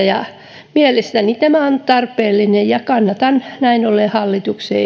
ja mielestäni tämä on tarpeellinen ja kannatan näin ollen hallituksen